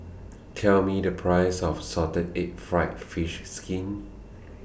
Tell Me The Price of Salted Egg Fried Fish Skin